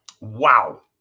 Wow